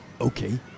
Okay